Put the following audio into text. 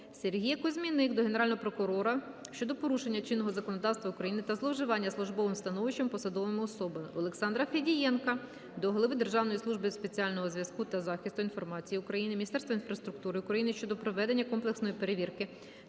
Сергія Кузьміних до Генерального прокурора щодо порушень чинного законодавства України та зловживання службовим становищем посадовими особами. Олександра Федієнка до Голови Державної служби спеціального зв'язку та захисту інформації України, міністра інфраструктури України щодо проведення комплексної перевірки